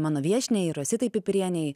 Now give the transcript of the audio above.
mano viešniai rositai pipirienei